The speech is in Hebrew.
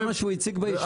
זה מה שהוא הציג בישיבה.